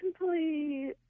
simply